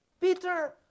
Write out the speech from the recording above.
Peter